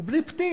בלי פתיל?